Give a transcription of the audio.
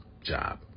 job